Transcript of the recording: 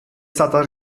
stata